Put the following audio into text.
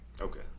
Okay